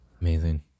Amazing